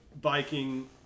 biking